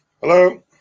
Hello